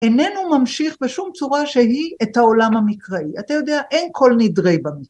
איננו ממשיך בשום צורה שהיא את העולם המקראי. אתה יודע, אין כל נדרי במקרא.